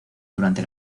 durante